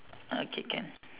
okay can